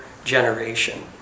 generation